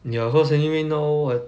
ya cause anyway now [what]